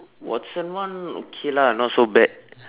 Watson one okay lah not so bad